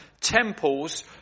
temples